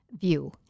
view